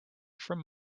from